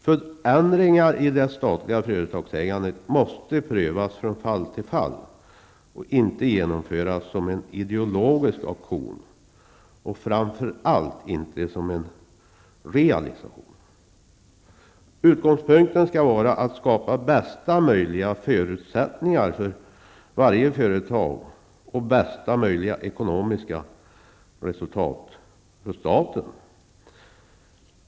Förändringar i det statliga företagsägandet måste prövas från fall till fall och inte genomföras som en ideologisk aktion och framför allt inte som en realisation. Utgångspunkten skall vara att skapa bästa möjliga förutsättningar för varje företag och bästa möjliga ekonomiska resultat för staten.